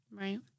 right